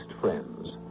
friends